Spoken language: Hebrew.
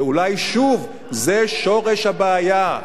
ואולי שוב זה שורש הבעיה.